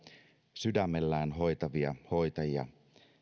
sydämellään hoitavia hoitajia